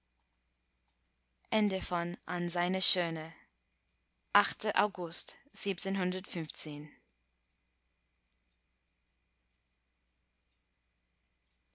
an seine schöne august